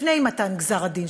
לפני מתן גזר-הדין,